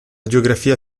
geografia